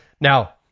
now